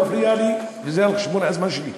הוא מפריע לי, וזה על חשבון הזמן שלי.